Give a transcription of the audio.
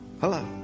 hello